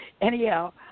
anyhow